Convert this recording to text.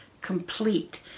complete